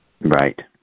Right